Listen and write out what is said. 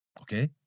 Okay